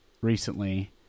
recently